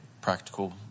practical